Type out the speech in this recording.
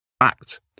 act